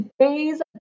Today's